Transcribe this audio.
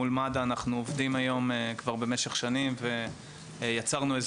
מול מד"א אנחנו עובדים במשך שנים ויצרנו בינינו